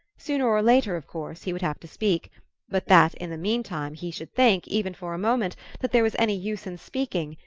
sooner or later, of course, he would have to speak but that, in the meantime, he should think, even for a moment, that there was any use in speaking,